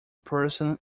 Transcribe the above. person